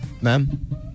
Ma'am